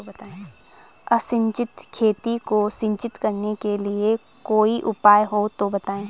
असिंचित खेती को सिंचित करने के लिए कोई उपाय हो तो बताएं?